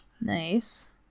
Nice